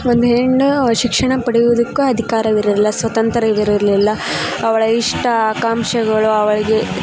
ಒಂದು ಹೆಣ್ಣು ಶಿಕ್ಷಣ ಪಡಿಯುದಕ್ಕ ಅಧಿಕಾರವಿರಲಿಲ್ಲ ಸ್ವತಂತ್ರ್ವಿರಲಿಲ್ಲ ಅವಳ ಇಷ್ಟ ಆಕಾಂಕ್ಷೆಗಳು ಅವಳಿಗೆ